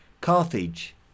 Carthage